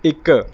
ਇੱਕ